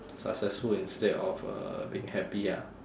successful instead of uh being happy ah